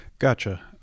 Gotcha